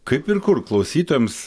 kaip ir kur klausytojams